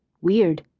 weird